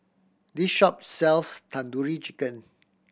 this shop sells Tandoori Chicken